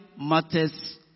matters